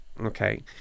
okay